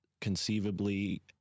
conceivably